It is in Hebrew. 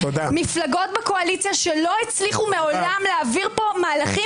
מפלגות בקואליציה שלא הצליחו מעולם להעביר פה מהלכים